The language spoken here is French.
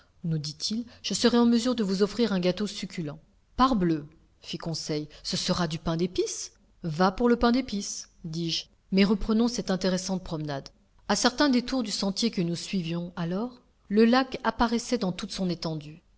nous dit-il je serai en mesure de vous offrir un gâteau succulent parbleu fit conseil ce sera du pain d'épice va pour le pain d'épice dis-je mais reprenons cette intéressante promenade a certains détours du sentier que nous suivions alots le lac apparaissait dans toute son étendue